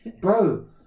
Bro